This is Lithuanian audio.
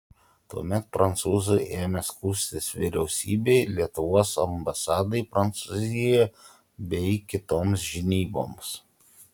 tuomet prancūzai ėmė skųstis vyriausybei lietuvos ambasadai prancūzijoje bei kitoms žinyboms